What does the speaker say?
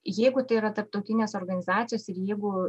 jeigu tai yra tarptautinės organizacijos ir jeigu